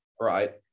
Right